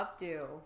updo